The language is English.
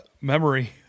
memory